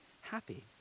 happy